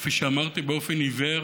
כפי שאמרתי, באופן עיוור